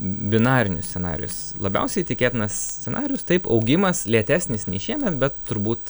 binarinius scenarijus labiausiai tikėtinas scenarijus taip augimas lėtesnis nei šiemet bet turbūt